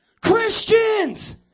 Christians